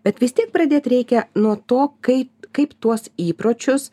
bet vis tiek pradėt reikia nuo to kaip kaip tuos įpročius